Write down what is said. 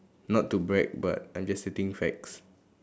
not to brag but I'm just stating facts